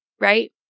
right